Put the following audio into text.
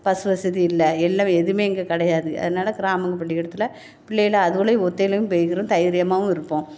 bus வசதி இல்லை எல்லாமே எதுவுமே இங்கே கிடயாது அதனால கிராமங்க பள்ளிக்கூடத்தில் பிள்ளைகளை அதுவாலே ஒத்தையிலையும் போய்க்கிரும் தைரியமாகவும் இருப்போம்